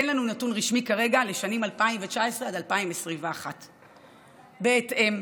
אין לנו נתון רשמי כרגע לשנים 2019 2021. בהתאם,